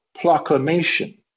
Proclamation